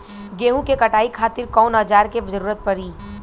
गेहूं के कटाई खातिर कौन औजार के जरूरत परी?